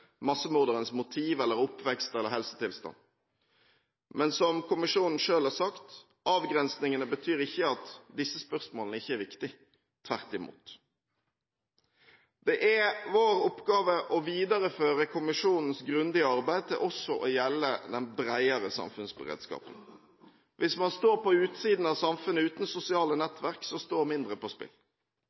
massemorderens motiv, oppvekst eller helsetilstand. Men, som kommisjonen selv har sagt: Avgrensningene betyr ikke at disse spørsmålene ikke er viktige – tvert imot. Det er vår oppgave å videreføre kommisjonens grundige arbeid til også å gjelde bredere samfunnsberedskap. Hvis man står på utsiden av samfunnet, uten sosiale nettverk, står mindre på spill.